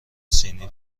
سینی